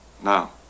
Now